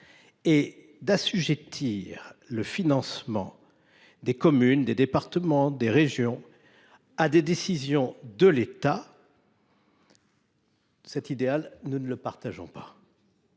est d’assujettir le financement des communes, des départements, des régions à des décisions de l’État, nous ne le partageons pas.